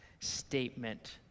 statement